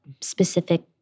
specific